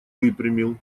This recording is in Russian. выпрямил